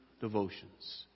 devotions